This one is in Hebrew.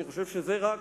אני חושב שזה רק